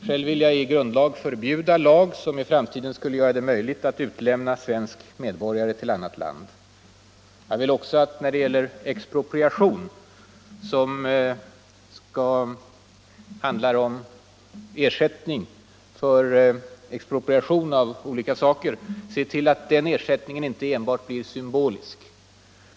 Själv vill jag i en annan reservation förbjuda lag som skulle göra det möjligt att utlämna svensk medborgare till annat land. Jag vill också beträffande frågan om ersättning vid expropriation se till att denna ersättning inte enbart blir symbolisk.